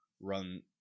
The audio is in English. run